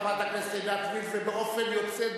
חברת הכנסת עינת וילף, ובאופן יוצא דופן,